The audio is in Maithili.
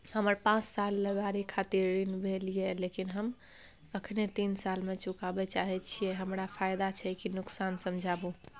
हमर पाँच साल ले गाड़ी खातिर ऋण भेल ये लेकिन हम अखने तीन साल में चुकाबे चाहे छियै हमरा फायदा छै की नुकसान समझाबू?